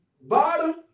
bottom